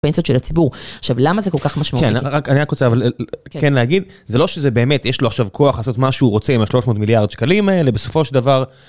פנסיות של הציבור, עכשיו למה זה כל כך משמעותי? כן, אני רק רוצה כן להגיד, זה לא שזה באמת, יש לו עכשיו כוח לעשות מה שהוא רוצה עם ה-300 מיליארד שקלים האלה, בסופו של דבר...